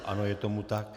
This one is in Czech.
Ano, je tomu tak.